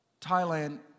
Thailand